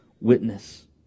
witness